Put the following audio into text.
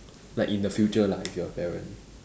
like in the future lah if you are a parent